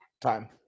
Time